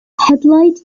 headlight